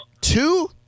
Two